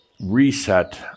reset